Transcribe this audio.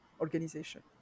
organization